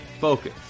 focus